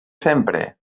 sempre